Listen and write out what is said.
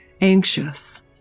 anxious